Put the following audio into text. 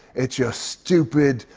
it's your stupid,